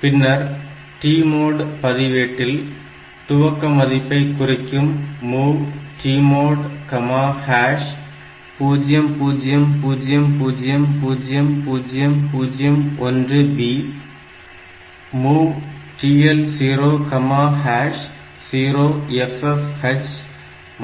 பின்னர் TMOD பதிவேட்டில் துவக்க மதிப்பை குறிக்க MOV TMOD00000001B MOV TL00FF H